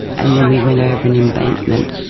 and then we went over an embankment.